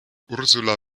ursula